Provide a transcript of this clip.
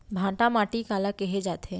भांटा माटी काला कहे जाथे?